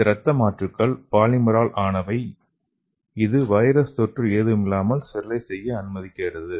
இந்த ரத்த மாற்றுக்கள் பாலிமர் ஆல் ஆனவை இது வைரஸ் தொற்று எதுவுமில்லாமல் ஸ்டெரிலைஸ் செய்ய அனுமதிக்கிறது